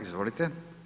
Izvolite.